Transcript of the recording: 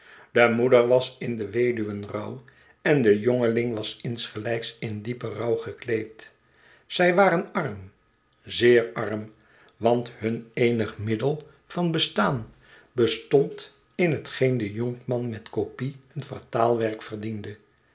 de moeder was in den weduwenrouw en de jongeling was insgelijks in diepen rouw gekleed zij waren arm zeer arm want hun eenig middel van bestaan bestond in hetgeen de jonkrnan met copie en vertaalwerk verdiende